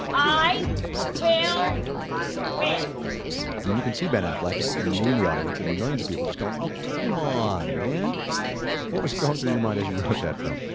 i will win and you can see ben affleck, and and me in the audience and and millions of people just going, oh come on, man what was going through your mind as you wrote that um